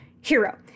hero